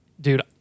dude